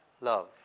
love